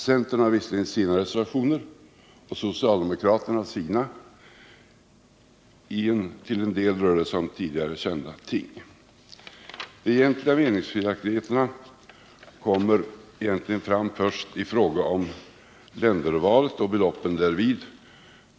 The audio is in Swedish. Centern har visserligen sina reservationer och socialdemokraterna sina — till en del rör det sig om tidigare kända ting — men de egentliga meningsskiljaktigheterna kommer egentligen fram först i fråga om ländervalet och beloppen därvid.